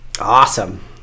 Awesome